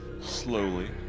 slowly